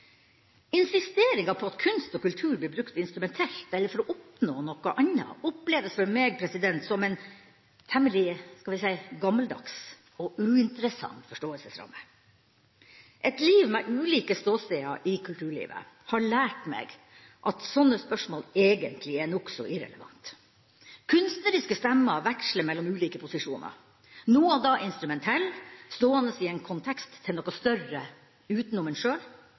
på at kunst og kultur blir brukt instrumentelt eller for å oppnå noe annet, oppleves for meg som en temmelig – skal vi si – gammeldags og uinteressant forståelsesramme. Et liv med ulike ståsteder i kulturlivet har lært meg at slike spørsmål egentlig er nokså irrelevante. Kunstneriske stemmer veksler mellom ulike posisjoner; nå og da instrumentell, stående i en kontekst til noe større utenom seg sjøl,